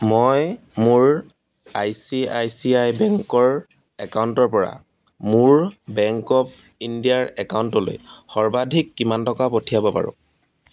মই মোৰ I C I C I বেংকৰ একাউণ্টৰ পৰা মোৰ বেংক অৱ ইণ্ডিয়াৰ একাউণ্টলৈ সৰ্বাধিক কিমান টকা পঠিয়াব পাৰো